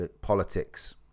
politics